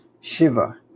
Shiva